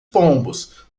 pombos